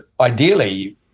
ideally